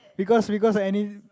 because because any